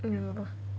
ya lor